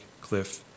Cliff